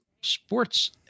sports